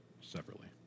separately